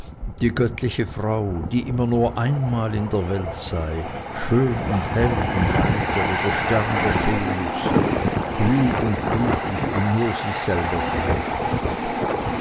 die göttliche frau die immer nur einmal in der welt sei schön und hell und heiter wie der stern der venus klug und gütig und nur sich selber gleich